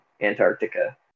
Antarctica